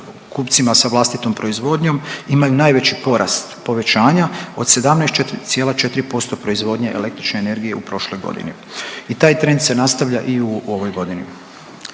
kupcima sa vlastitom proizvodnjom imaju najveći porast povećanja, od 17,4% proizvodnje električne energije u prošloj godini i taj trend se nastavlja i u ovoj godini.